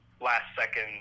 last-second